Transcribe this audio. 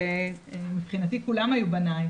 שמבחינתי כולם היו בניי,